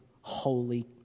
holy